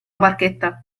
barchetta